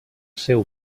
seu